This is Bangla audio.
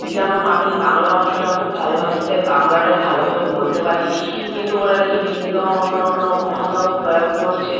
যেমন আমি বাংলা ভাষাটা খুব ভালোবাসি তাই বাংলাটাই ভালোভাবে বলতে পারি কিন্তু ওরা দেখি ভিন্ন অন্য অন্য উপভাষাও প্রয়োগ করছে